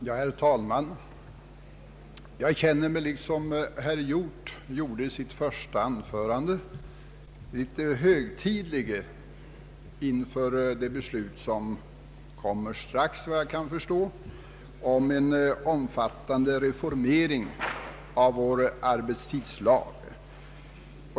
Herr talman! Jag känner mig, liksom herr Hjorth gjorde i sitt första anförande, litet högtidlig inför det beslut som kommer strax, efter vad jag kan förstå, om en omfattande reformering av vår arbetstidslag.